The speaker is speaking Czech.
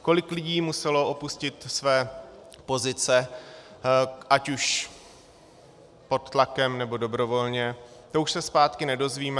Kolik lidí muselo opustit své pozice ať už pod tlakem, nebo dobrovolně, to už se zpátky nedozvíme.